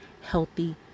healthy